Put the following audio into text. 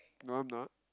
no I'm not